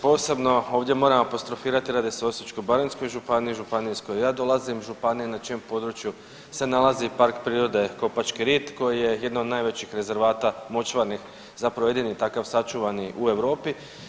Posebno moram ovdje apostrofirati radi se o Osječko-baranjskoj županiji, županiji iz koje ja dolazim, županiji na čijem području se nalazi Park prirode Kopački rit koji je jedan od najvećih rezervata močvarnih, zapravo jedini takav sačuvani u Europi.